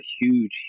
huge